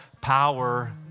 power